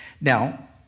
Now